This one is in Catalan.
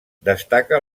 destaca